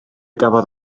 gafodd